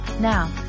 Now